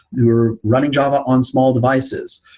who are running java on small devices,